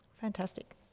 Fantastic